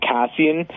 Cassian